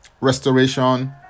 restoration